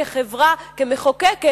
כחברה מחוקקת,